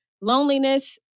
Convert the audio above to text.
loneliness